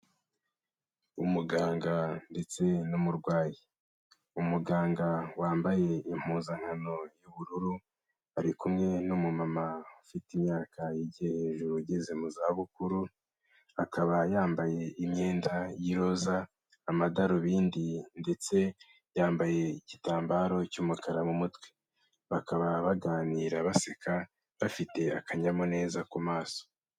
Umuganga ndetse n'umurwayi, umuganga wambaye impuzankano y'ubururu ari kumwe n'umu mama ufite imyaka yigiye hejuru ugeze mu za bukuru, akaba yambaye imyenda y'iroza, amadarubindi ndetse yambaye igitambaro cy'umukara mu mutwe, bakaba baganira baseka bafite akanyamuneza ku maso.